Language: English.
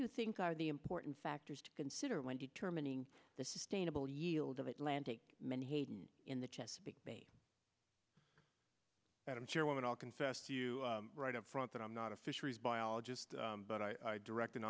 you think are the important factors to consider when determining the sustainable yield of atlantic menhaden in the chesapeake bay i'm sure when i'll confess to you right up front that i'm not a fisheries biologist but i direct